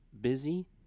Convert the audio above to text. busy